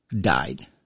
died